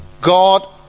God